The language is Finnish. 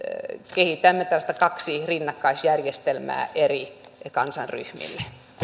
kehitämme tällaiset kaksi rinnakkaisjärjestelmää eri kansanryhmille arvoisa